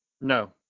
No